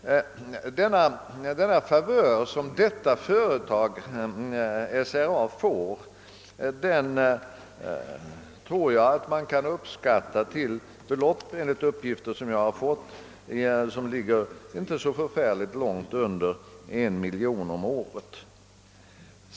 Den extravinst som SRA på detta sätt tillföres kan enligt uppgifter som jag har fått uppskattas till belopp som inte ligger så förfärligt långt under en miljon kronor om året.